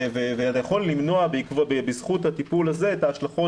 ואתה יכול למנוע בזכות הטיפול הזה את ההשלכות